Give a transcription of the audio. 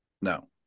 No